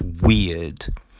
weird